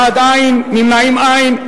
בעד, אין, נמנעים, אין.